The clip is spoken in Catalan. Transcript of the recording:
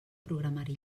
programari